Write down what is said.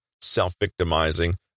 self-victimizing